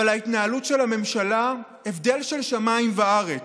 אבל ההתנהלות של הממשלה, הבדל של שמיים וארץ.